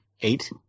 Eight